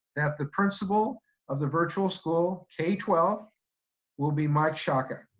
that the principal of the virtual school k twelve will be mike sciacca.